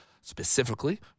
Specifically